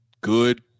good